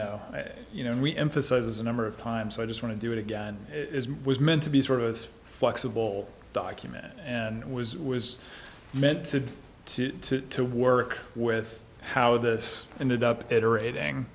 know you know we emphasize as a number of times i just want to do it again was meant to be sort of it's flexible document and was was meant to work with how this ended up at orating